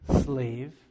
slave